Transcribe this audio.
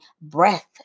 breath